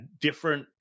different